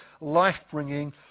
life-bringing